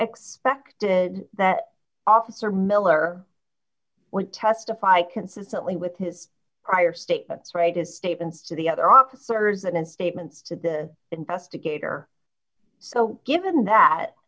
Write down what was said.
expected that officer miller would testify consistently with his prior statements freighted statements to the other officers and statements to the investigator so given that